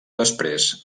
després